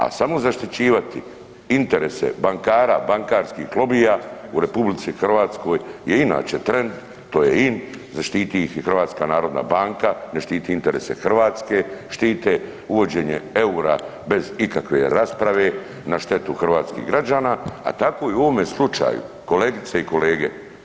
A samo zaštićivati interese bankara, bankarskih lobija u RH je inače trend, to je in, zaštiti ih i HNB ne štiti interese Hrvatske, štite uvođenje eura bez ikakve rasprave na štetu hrvatskih građana, a tako i u ovome slučaju kolegice i kolege.